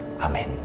Amen